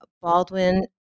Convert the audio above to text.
Baldwin